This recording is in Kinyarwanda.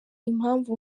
impamvu